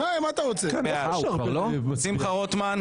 שמחה רוטמן.